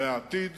בעתיד